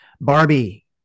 barbie